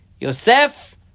Yosef